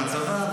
יודעים,